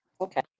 okay